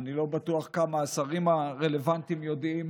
אני לא בטוח כמה השרים הרלוונטיים יודעים